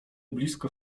blisko